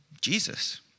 Jesus